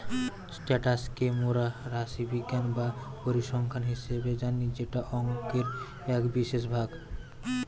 status কে মোরা রাশিবিজ্ঞান বা পরিসংখ্যান হিসেবে জানি যেটা অংকের এক বিশেষ ভাগ